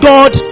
God